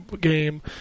game